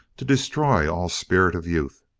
to destroy all spirit of youth.